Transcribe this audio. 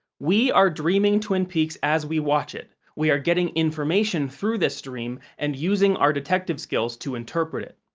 we are dreaming twin peaks as we watch it, we are getting information through this dream and using our detective skills to interpret it.